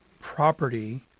property